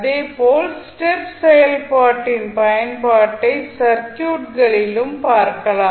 அதே போல் ஸ்டெப் செயல்பாட்டின் பயன்பாட்டை சர்க்யூட்களிளும் பார்க்கலாம்